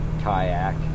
kayak